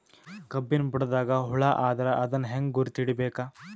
ಕಬ್ಬಿನ್ ಬುಡದಾಗ ಹುಳ ಆದರ ಅದನ್ ಹೆಂಗ್ ಗುರುತ ಹಿಡಿಬೇಕ?